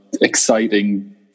exciting